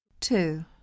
two